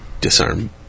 disarm